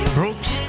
Brooks